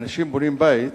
אנשים בונים בית